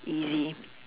easy